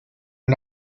and